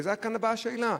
וכאן באה השאלה,